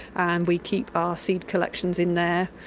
and we keep our seed collections in there.